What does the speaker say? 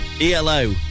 ELO